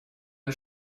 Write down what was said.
ein